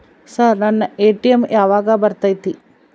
Sir ನನ್ನ ATM ಯಾವಾಗ ಬರತೈತಿ?